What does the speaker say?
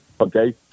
Okay